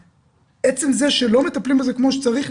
ועצם זה שלא מטפלים בזה כמו שצריך,